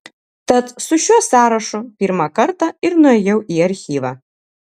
tad su šiuo sąrašu pirmą kartą ir nuėjau į archyvą